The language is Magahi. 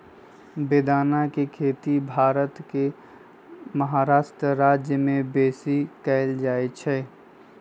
बेदाना के खेती भारत के महाराष्ट्र राज्यमें बेशी कएल जाइ छइ